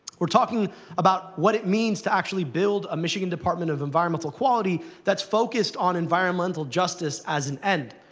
we're talking about what it means to actually build a michigan department of environmental quality that's focused on environmental justice as an end,